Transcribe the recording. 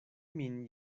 min